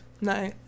no